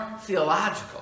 theological